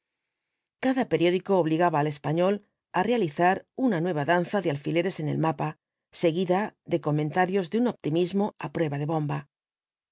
cada periódico obligaba al español á realizar una nueva danza de alfileres en el mapa seguida de comentarios de un optimismo á prueba de bomba